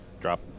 Drop